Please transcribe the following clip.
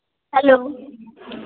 hello